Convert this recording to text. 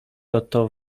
oto